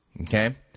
Okay